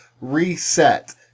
reset